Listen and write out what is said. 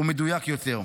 מדויק יותר.